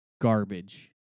garbage